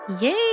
Yay